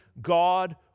God